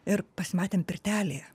ir pasimatėm pirtelėje